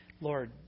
Lord